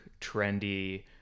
trendy